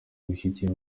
gushyigikira